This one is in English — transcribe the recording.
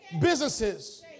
businesses